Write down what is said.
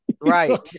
Right